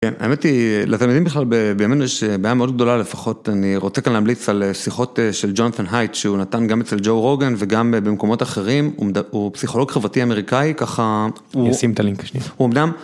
האמת היא, לתלמידים בכלל בימינו יש בעיה מאוד גדולה, לפחות אני רוצה כאן להמליץ על שיחות של ג'ונטון הייט, שהוא נתן גם אצל ג'ו רוגן וגם במקומות אחרים, הוא פסיכולוג חברתי אמריקאי, ככה הוא... נשים את הלינק השני. הוא אמנם.